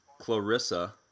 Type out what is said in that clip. Clarissa